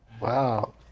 Wow